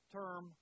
term